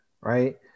right